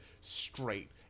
straight